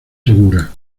segura